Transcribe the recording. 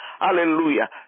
Hallelujah